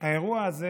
האירוע הזה